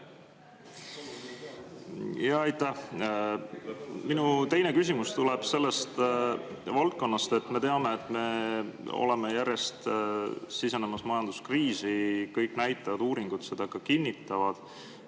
Aitäh! Minu teine küsimus tuleb sellest valdkonnast, et me teame, et me oleme sisenemas majanduskriisi, kõik näitajad ja uuringud seda kinnitavad.